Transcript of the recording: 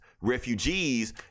refugees